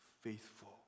faithful